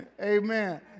Amen